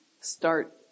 start